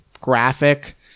graphic